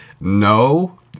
No